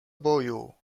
boju